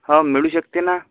हो मिळू शकते ना